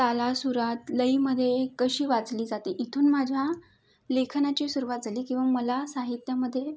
तालासुरात लईमधे कशी वाचली जाते इथून माझ्या लेखनाची सुरुवात झाली किंवा मला साहित्यामधे